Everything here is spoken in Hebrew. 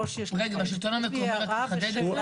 רגע, והשלטון המקומי, רק לחדד את זה.